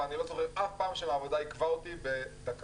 ואני לא זוכר שאף פעם שהעבודה עקבה אותי בדקה.